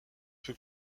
peu